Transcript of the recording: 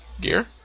gear